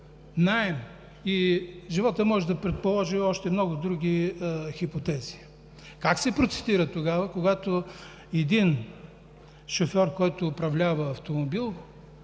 Животът може да предположи още много други хипотези. Как се процедира тогава, когато един шофьор, който управлява автомобил,